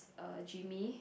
uh Jimmy